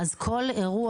אז כל אירוע,